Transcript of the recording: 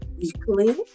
weekly